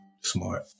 smart